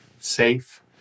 safe